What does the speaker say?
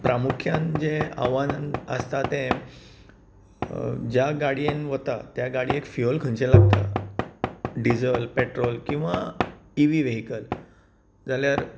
प्रामुख्यान जे आव्हाना आसता तें ज्या गाडयेन वता त्या गाडयेक फ्यूअल खंयचे लागता डीजल पेट्रोल किंवा इ वी वेहीकल जाल्यार